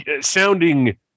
sounding